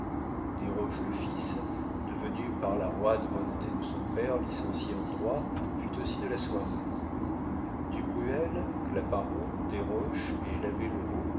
écarté desroches le fils devenu par la roide volonté de son père licencié en droit fut aussi de la soirée du bruel claparon desroches et l'abbé